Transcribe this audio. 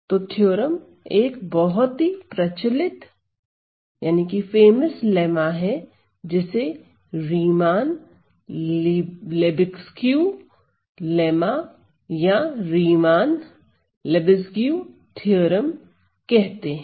तो थ्योरम एक बहुत ही प्रचलित लेम्मा जिसे रीमान लेबेसग्यु लेम्मा या रीमान लेबेसग्यु थ्योरम कहते हैं